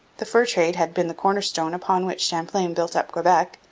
the fur trade had been the corner-stone upon which champlain built up quebec,